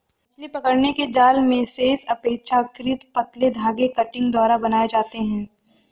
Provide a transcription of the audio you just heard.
मछली पकड़ने के जाल मेशेस अपेक्षाकृत पतले धागे कंटिंग द्वारा बनाये जाते है